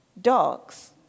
dogs